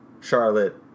Charlotte